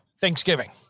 Thanksgiving